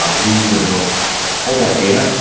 ah we will pull that data,